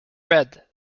read